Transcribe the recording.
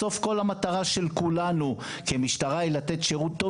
בסוף כל המטרה של כולנו כמשטרה היא לתת שירות טוב